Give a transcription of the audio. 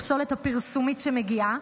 הפסולת הפרסומית שמגיעה,